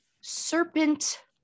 serpent